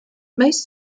most